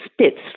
spits